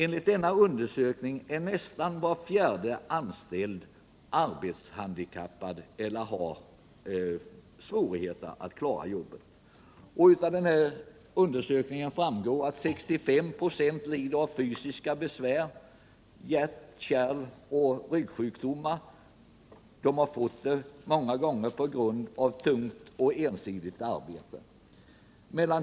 Nr 48 Undersökningen visar att nästan var fjärde anställd är arbetshandi Tisdagen den kappad eller har svårigheter att klara arbetet. Av undersökningen framgår 13 december 1977 också att 65 96 lider av fysiska besvär — hjärt-, kärloch ryggsjukdomar. Ofta har besvären uppstått av tungt och ensidigt arbete.